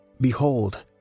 Behold